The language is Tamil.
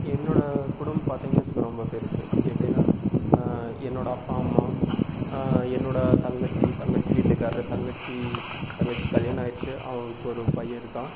என்னோடய குடும் பார்த்திங்க வச்சுங்க ரொம்ப பெரிசு எப்படினா என்னோடய அப்பா அம்மா என்னோடய தங்கச்சி தங்கச்சி வீட்டுக்காரரு தங்கச்சி தங்கச்சிக் கல்யாணம் ஆயிடுச்சு அவங்கொரு பையன் இருக்கான்